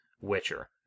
Witcher